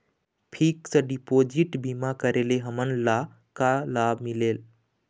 Fix deposit बीमा करे ले हमनला का लाभ मिलेल?